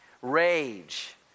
Rage